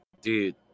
dude